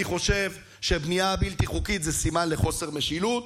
אני חושב שבנייה בלתי חוקית היא סימן לחוסר משילות,